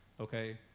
okay